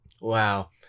Wow